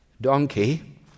donkey